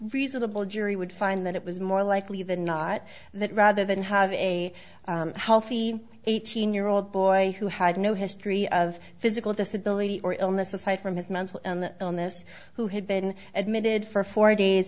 reasonable jury would find that it was more likely than not that rather than have a healthy eighteen year old boy who had no history of physical disability or illness aside from his mental illness who had been admitted for four days